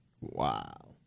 Wow